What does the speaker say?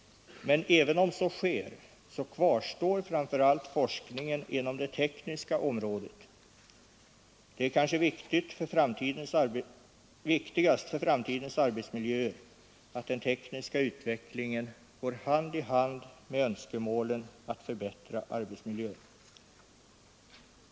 Men även om så sker, kvarstår framför allt forskningen inom det tekniska området. Det är kanske viktigast för framtidens arbetsmiljöer att den tekniska utvecklingen går hand i hand med önskemålen om att förbättra arbetsmiljön.